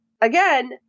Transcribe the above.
Again